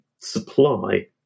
supply